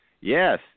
Yes